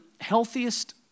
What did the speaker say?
healthiest